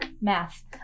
math